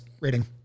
rating